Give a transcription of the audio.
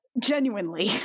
genuinely